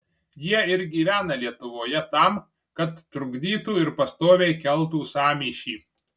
jie ir gyvena lietuvoje tam kad trukdytų ir pastoviai keltų sąmyšį